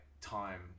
time